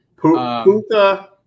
Puka